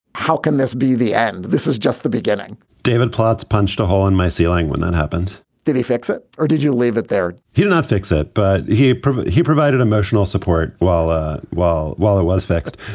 how can this be the end? this is just the beginning david plotz punched a hole in my ceiling when that happened did he fix it or did you leave it there? he did not fix it, but he he provided emotional support. well, well, while it was fixed.